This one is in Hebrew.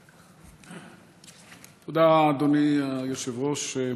תודה, אדוני היושב-ראש.